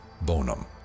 bonum